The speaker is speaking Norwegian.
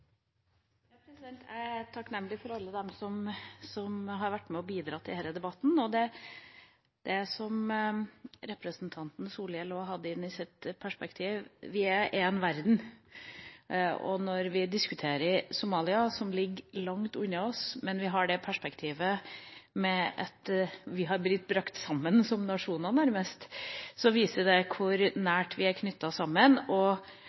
Jeg er takknemlig overfor alle dem som har vært med og bidratt i denne debatten. Som representanten Solhjell også hadde i sitt perspektiv: Vi er én verden. Og når vi diskuterer Somalia – som ligger langt unna oss, men vi har det perspektivet at vi nærmest har blitt brakt sammen som nasjoner – viser det hvor nært vi er knyttet sammen og